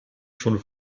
schon